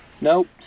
Nope